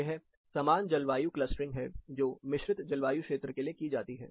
यह समान जलवायु क्लस्टरिंग है जो मिश्रित जलवायु क्षेत्र के लिए की जाती है